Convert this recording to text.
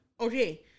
Okay